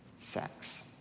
sex